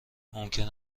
ممکن